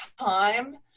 time